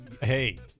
Hey